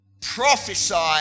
Prophesy